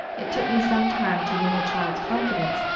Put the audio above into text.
it took me some time to win the child's confidence,